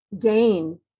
gain